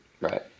Right